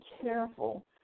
careful